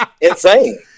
insane